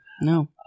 no